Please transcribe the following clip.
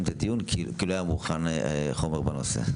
את הדיון כי החומר בנושא לא היה מוכן.